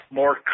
more